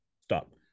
Stop